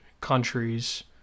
countries